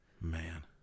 Man